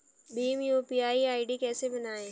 Bhim UPI ID कैसे बनाएं?